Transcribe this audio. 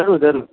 जरूर जरूर